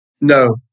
No